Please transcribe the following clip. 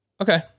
Okay